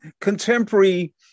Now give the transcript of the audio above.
contemporary